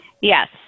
Yes